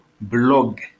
blog